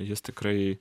jis tikrai